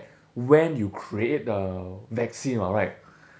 when you create the vaccine [what] right